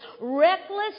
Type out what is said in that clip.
reckless